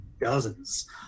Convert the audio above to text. dozens